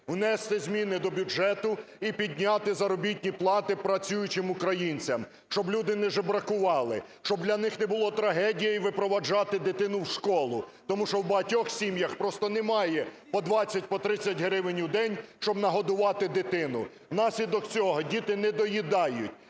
внести зміни до бюджету і підняти заробітні плати працюючим українцям, щоб люди не жебракували, щоб для них не було трагедією випроводжати дитину в школу, тому що в багатьох сім'ях просто немає по 20, по 30 гривень у день, щоб нагодувати дитину. Внаслідок цього діти не доїдають,